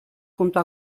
junto